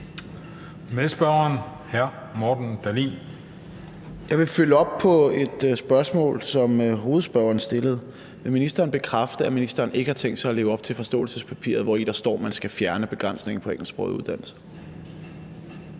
Dahlin. Kl. 16:15 Morten Dahlin (V): Jeg vil følge op på et spørgsmål, som hovedspørgeren stillede: Vil ministeren bekræfte, at ministeren ikke har tænkt sig at leve op til forståelsespapiret, hvori der står, at man skal fjerne begrænsningen på engelsksprogede uddannelser?